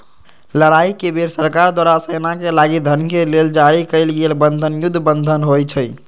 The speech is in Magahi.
लड़ाई के बेर सरकार द्वारा सेनाके लागी धन के लेल जारी कएल गेल बन्धन युद्ध बन्धन होइ छइ